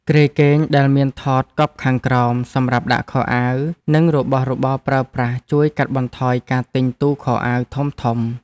គ្រែគេងដែលមានថតកប់ខាងក្រោមសម្រាប់ដាក់ខោអាវនិងរបស់របរប្រើប្រាស់ជួយកាត់បន្ថយការទិញទូខោអាវធំៗ។